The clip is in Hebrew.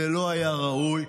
זה לא היה ראוי.